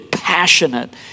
Passionate